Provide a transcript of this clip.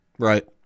Right